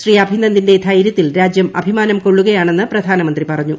ശ്രീ അഭിനന്ദിന്റെ ധൈര്യത്തിൽ രാജ്യം അഭിമാനം കൊള്ളുകയാണെന്ന് പ്രധാനമന്ത്രി പറഞ്ഞു